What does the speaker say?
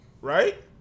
right